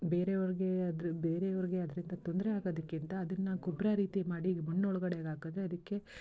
ಬೇರೆಯವ್ರಿಗೆ ಅದ್ರ ಬೇರೆಯವ್ರಿಗೆ ಅದರಿಂದ ತೊಂದರೆ ಆಗೋದಕ್ಕಿಂತ ಅದನ್ನು ಗೊಬ್ಬರ ರೀತಿ ಮಾಡಿ ಮಣ್ಣೊಳ್ಗಡೆಗೆ ಹಾಕಿದ್ರೆ ಅದಕ್ಕೆ